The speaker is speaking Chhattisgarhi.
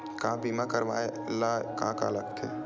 बीमा करवाय ला का का लगथे?